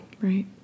right